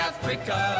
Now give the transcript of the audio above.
Africa